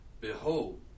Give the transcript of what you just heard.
behold